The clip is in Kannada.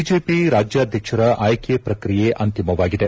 ಬಿಜೆಪಿ ರಾಜ್ಯಾಧ್ವಕ್ಷರ ಆಯ್ಲಿ ಪ್ರಕ್ರಿಯೆ ಅಂತಿಮವಾಗಿದೆ